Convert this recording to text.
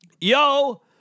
Yo